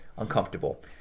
uncomfortable